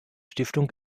stiftung